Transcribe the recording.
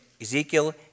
Ezekiel